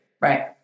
Right